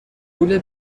پول